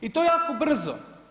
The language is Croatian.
I to jako brzo.